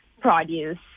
produce